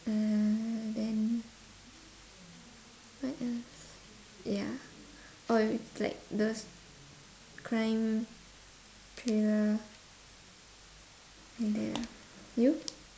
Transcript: uh then what else ya or if like those crime thriller like that ah you